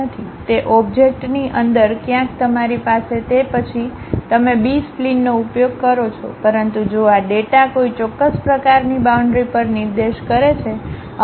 તે ઓબ્જેક્ટની અંદર ક્યાંક તમારી પાસે તે પછી તમે બી સ્પ્લિનનો ઉપયોગ કરો છો પરંતુ જો આ ડેટા કોઈ ચોક્કસ પ્રકારની બાઉન્ડ્રી પર નિર્દેશ કરે છે